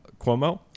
Cuomo